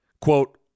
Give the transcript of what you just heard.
quote